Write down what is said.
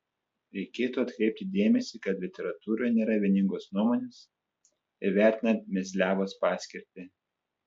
reikėtų atkreipti dėmesį kad literatūroje nėra vieningos nuomonės ir vertinant mezliavos paskirtį